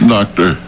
Doctor